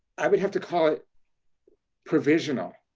i would have to call it provisional.